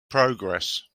progress